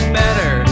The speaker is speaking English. better